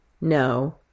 No